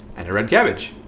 and a red cabbage.